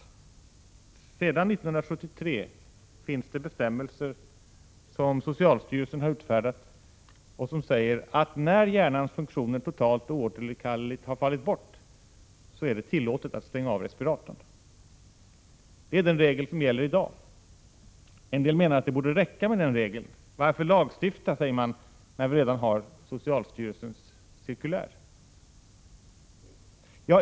Sedan 1973 finns det bestämmelser som socialstyrelsen har utfärdat och som säger att när hjärnans funktioner totalt och oåterkalleligt har fallit bort är det tillåtet att stänga respiratorn. Det är den regel som gäller i dag. En del menar att det borde räcka med den regeln. Varför lagstifta, säger man, när vi redan har socialstyrelsens cirkulär?